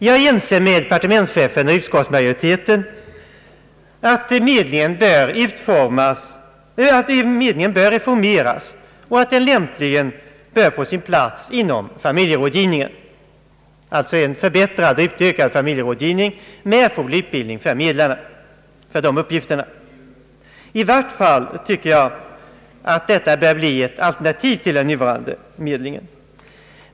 Jag är ense med departementschefen och utskottsmajoriteten om att även medlingen bör reformeras och att den lämpligen bör få sin plats inom familjerådgivningen — alltså en förbättrad och utökad familjerådgivning med erforderlig utbildning av medlarna för dessa uppgifter. I varje fall tycker jag att detta bör bli ett alternativ till den nuvarande medlingen.